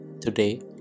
Today